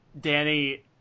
Danny